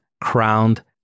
crowned